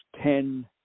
ten